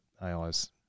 AI's